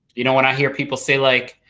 you know when i hear people say, like,